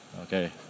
okay